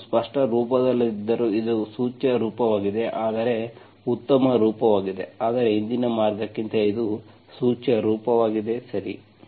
ನಾನು ಸ್ಪಷ್ಟ ರೂಪದಲ್ಲಿಲ್ಲದಿದ್ದರೂ ಇದು ಸೂಚ್ಯ ರೂಪವಾಗಿದೆ ಆದರೆ ಉತ್ತಮ ರೂಪವಾಗಿದೆ ಆದರೆ ಹಿಂದಿನ ಮಾರ್ಗಕ್ಕಿಂತ ಸೂಚ್ಯ ರೂಪವಾಗಿದೆ ಸರಿ